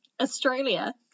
Australia